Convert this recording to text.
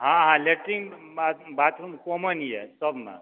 हँ हँ latrine bath bathroom common यऽ सभमे